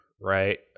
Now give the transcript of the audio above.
right